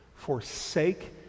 forsake